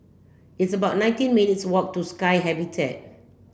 it's about nineteen minutes' walk to Sky Habitat